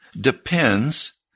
depends